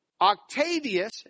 Octavius